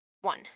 one